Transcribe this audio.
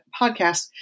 podcast